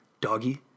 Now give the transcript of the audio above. Doggy